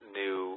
new